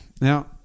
Now